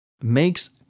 makes